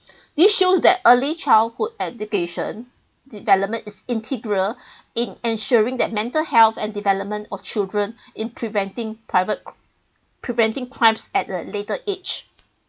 this shows that early childhood education development is integral in ensuring that mental health and development of children in preventing private preventing crimes at a later age